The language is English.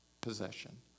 possession